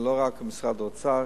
זה לא רק משרד האוצר,